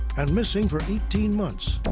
and missing for eighteen months.